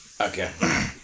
Okay